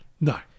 No